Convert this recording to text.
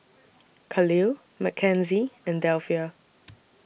Kahlil Mackenzie and Delphia